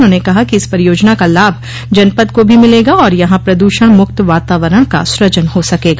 उन्होंने कहा कि इस परियोजना का लाभ जनपद को भी मिलेगा और यहां प्रदूषण मुक्त वातावरण का सूजन हो सकेगा